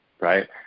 right